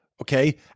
okay